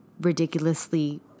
ridiculously